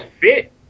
fit